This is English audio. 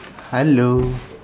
hello